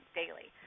daily